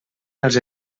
els